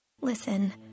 Listen